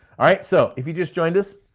all right, so if you just joined us,